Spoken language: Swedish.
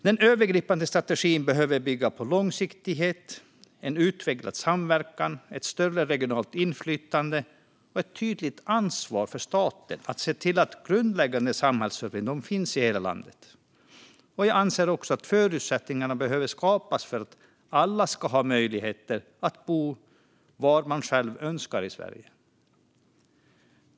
Den övergripande strategin behöver bygga på långsiktighet, en utvecklad samverkan, ett större regionalt inflytande och ett tydligt ansvar för staten att se till att grundläggande samhällsservice finns i hela landet. Jag anser också att förutsättningar behöver skapas för att alla ska ha möjlighet att bo där de själva önskar i Sverige.